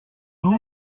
nous